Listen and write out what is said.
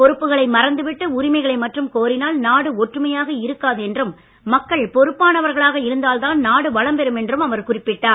பொறுப்புகளை மறந்து விட்டு உரிமைகளை மட்டும் கோரினால் நாடு ஒற்றுமையாக இருக்காது என்றும் மக்கள் பொறுப்பானவர்களாக இருந்தால்தான் நாடு வளம்பெறும் என்றும் அவர் குறிப்பிட்டார்